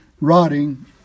rotting